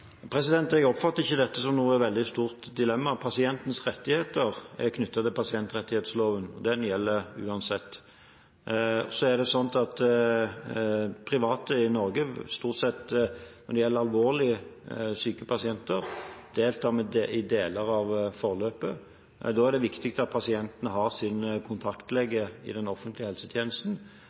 Jeg oppfatter ikke dette som noe veldig stort dilemma. Pasientens rettigheter er knyttet til pasientrettighetsloven. Den gjelder uansett. Når det så gjelder alvorlig syke pasienter, deltar private i Norge stort sett i deler av forløpet, og da er det viktig at pasienten har sin kontaktlege i den offentlige helsetjenesten,